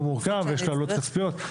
והוא מורכב ויש לו עלויות כספיות.